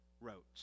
wrote